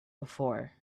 before